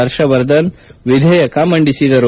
ಹರ್ಷವರ್ಧನ್ ವಿಧೇಯಕ ಮಂಡಿಸಿದರು